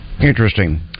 Interesting